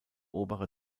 obere